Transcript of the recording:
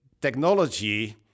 technology